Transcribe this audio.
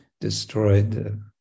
destroyed